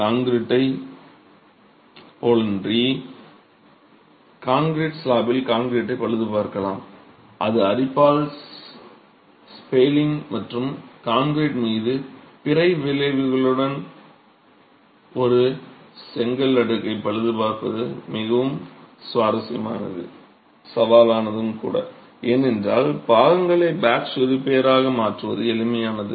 கான்கிரீட்டைப் போலன்றி வலுவூட்டப்பட்ட கான்கிரீட் ஸ்லாப்பில் கான்கிரீட்டைப் பழுதுபார்க்கலாம் அது அரிப்பால் ஸ்பேலிங் மற்றும் கான்கிரீட் மீது பிற விளைவுகளுடன் ஒரு செங்கல் அடுக்கை பழுதுபார்ப்பது மிகவும் சவாலானது ஏனென்றால் பாகங்களை பேட்ச் ரிப்பேராக மாற்றுவது எளிமையானது